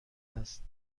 است